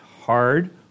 hard